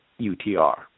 UTR